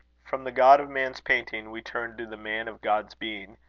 from the god of man's painting, we turn to the man of god's being,